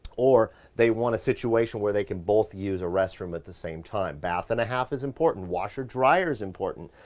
or they want a situation where they can both use a restroom at the same time, bath and a half is important. washer dryer's important,